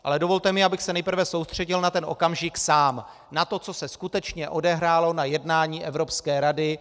Ale dovolte mi, abych se nejprve soustředil na ten okamžik sám, na to, co se skutečně odehrálo na jednání Evropské rady 30. srpna.